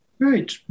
Right